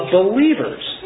believers